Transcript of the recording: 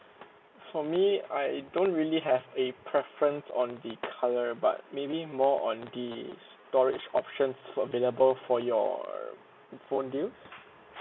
for me I don't really have a preference on the colour but maybe more on the storage options available for your phone bill